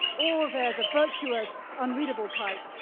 or they're the virtuous, unreadable type.